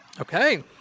Okay